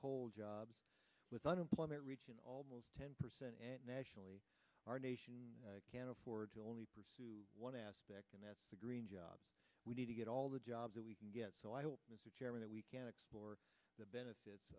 coal jobs with unemployment almost ten percent nationally our nation can't afford to only pursue one aspect and that's the green jobs we need to get all the jobs that we can get so i hope mr chairman that we can explore the benefits